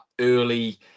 early